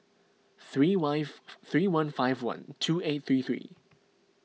three wife three one five one two eight three three